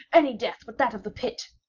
any death but that of the pit!